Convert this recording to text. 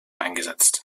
eingesetzt